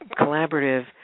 collaborative